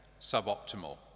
suboptimal